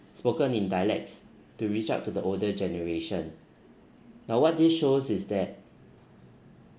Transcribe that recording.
spoken in dialects to reach out to the older generation now what this shows is that